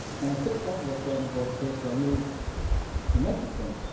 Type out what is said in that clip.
and i think some of it's going to going to pay for our new convention center.